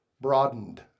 broadened